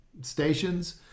stations